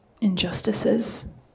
injustices